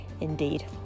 indeed